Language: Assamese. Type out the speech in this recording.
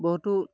বহুতো